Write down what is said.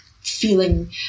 feeling